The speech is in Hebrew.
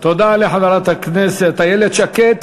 תודה לחברת הכנסת איילת שקד.